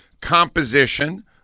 composition